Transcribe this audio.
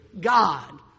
God